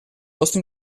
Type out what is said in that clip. posto